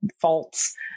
faults